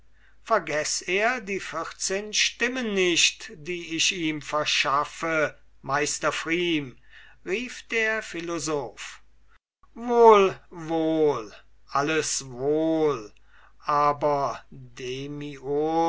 vergeß er die vierzehn stimmen nicht die ich ihm verschaffe meister pfrieme rief der philosoph wohl wohl alles wohl aber demiurg